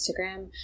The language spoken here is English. Instagram